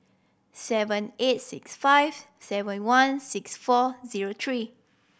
seven eight six five seven one six four zero three